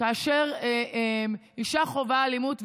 כאשר אישה חווה אלימות,